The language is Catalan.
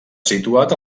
situat